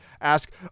ask